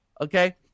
okay